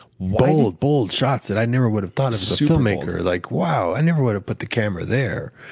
bold, bold shots that i never would have thought as a filmmaker. like wow, i never would have put the camera there.